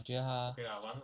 我觉得他